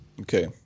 Okay